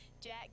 Jack